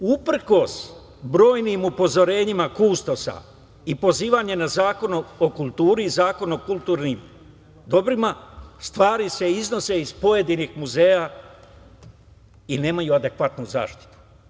Uprkos brojnim upozorenjima kustosa i pozivanje na Zakon o kulturi i Zakon o kulturnim dobrima, stvari se iznose iz pojedinih muzeja i nemaju adekvatnu zaštitu.